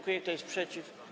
Kto jest przeciw?